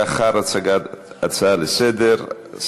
לאחר הצגת ההצעה לסדר-היום,